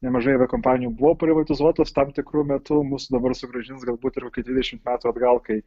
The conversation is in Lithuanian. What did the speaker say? nemažai aviakompanijų buvo privatizuotos tam tikru metu mus dabar sugrąžins galbūt ir kokį dvidešimt metų atgal kai